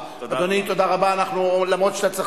הוועדה עשתה